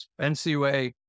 NCUA